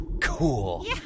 cool